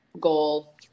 goal